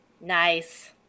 Nice